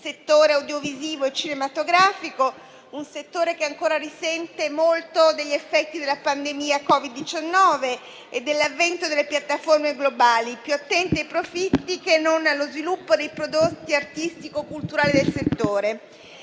settore audiovisivo e cinematografico; un settore che ancora risente molto degli effetti della pandemia Covid-19 e dell'avvento delle piattaforme globali, più attente ai profitti che non allo sviluppo dei prodotti artistico culturali del settore.